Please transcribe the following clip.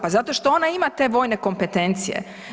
Pa zato što ona ima te vojne kompetencije.